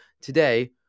today